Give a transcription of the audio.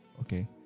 okay